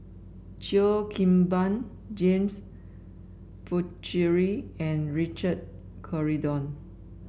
Cheo Kim Ban James Puthucheary and Richard Corridon